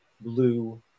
blue